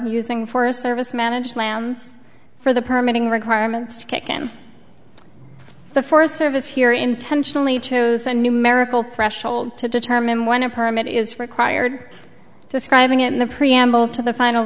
using forest service managed lands for the permitting requirements to kick in the forest service here intentionally chose a numerical threshold to determine when a permit is required describing it in the preamble to the final